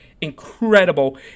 incredible